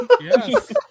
Yes